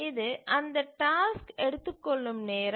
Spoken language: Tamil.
இது அந்த டாஸ்க் எடுத்துக்கொள்ளும் நேரம் ஆகும்